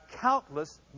countless